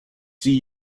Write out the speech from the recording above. see